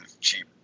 cheap